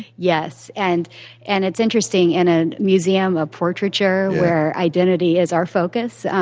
yes. and and it's interesting in a museum of portraiture, where identity is our focus,